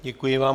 Děkuji vám.